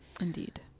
indeed